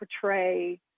portray